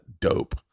dope